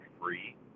free